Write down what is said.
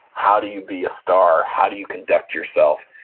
how do you be a star, how do you conduct yourself,